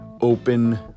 open